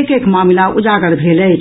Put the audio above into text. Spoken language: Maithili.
एक एक मामिला उजागर भेल अछि